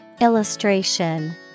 Illustration